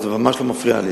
זה ממש לא נעים.